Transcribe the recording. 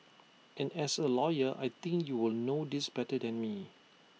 and as A lawyer I think you will know this better than me